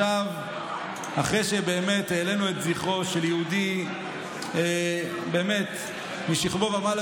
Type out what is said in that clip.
אחרי שהעלינו את זכרו של יהודי באמת משכמו ומעלה,